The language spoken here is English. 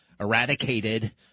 eradicated